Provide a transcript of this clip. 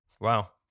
Wow